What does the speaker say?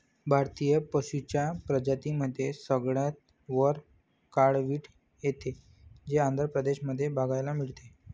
भारतीय पशूंच्या प्रजातींमध्ये सगळ्यात वर काळवीट येते, जे आंध्र प्रदेश मध्ये बघायला मिळते